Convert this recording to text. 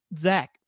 Zach